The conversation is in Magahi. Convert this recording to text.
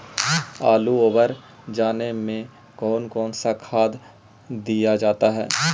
आलू ओवर जाने में कौन कौन सा खाद दिया जाता है?